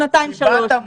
או שנתיים שלוש?